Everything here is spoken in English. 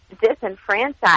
disenfranchised